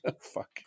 fuck